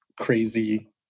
crazy